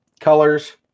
colors